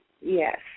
Yes